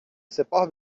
سپاه